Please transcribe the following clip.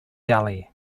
delhi